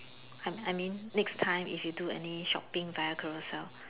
I I mean next time if you do any shopping via Carousell